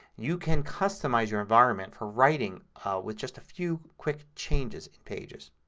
you can customize your environment for writing with just a few quick changes in pages.